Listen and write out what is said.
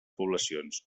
poblacions